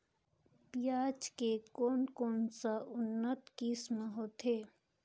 पियाज के कोन कोन सा उन्नत किसम होथे?